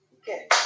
okay